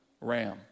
ram